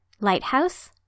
Lighthouse